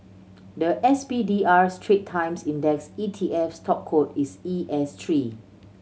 the S P D R Strait Times Index E T F stock code is E S three